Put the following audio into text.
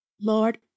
Lord